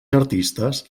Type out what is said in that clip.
artistes